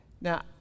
Now